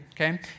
okay